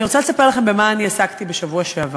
אני רוצה לספר לכם במה אני עסקתי בשבוע שעבר.